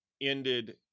ended